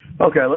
Okay